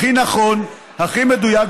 הכי נכון, הכי מדויק.